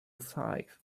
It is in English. five